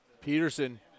Peterson